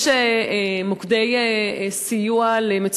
יש מוקדי סיוע לאנשים